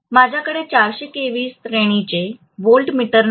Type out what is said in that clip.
माझ्याकडे 400 केव्ही श्रेणीचे व्होल्टमीटर नाही